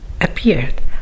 appeared